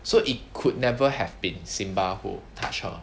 so it could never have been simba who touch her